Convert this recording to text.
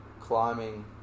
climbing